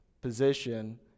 position